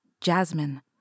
jasmine